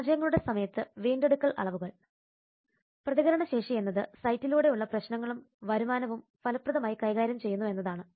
പരാജയങ്ങളുടെ സമയത്ത് വീണ്ടെടുക്കൽ അളവുകൾ പ്രതികരണശേഷി എന്നത് സൈറ്റിലൂടെ ഉള്ള പ്രശ്നങ്ങളും വരുമാനവും ഫലപ്രദമായി കൈകാര്യം ചെയ്യുന്നു എന്നതാണ്